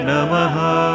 Namaha